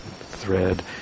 thread